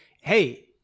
hey